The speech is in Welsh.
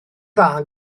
dda